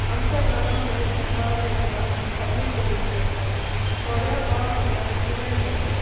आमच्या गांवांत जायतीं भाव भयणां खाटीर पडिल्लीं आसात थोड्या भाव भयणक पिराय जाल्या